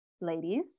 ladies